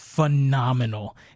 Phenomenal